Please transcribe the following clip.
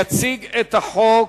יציג את החוק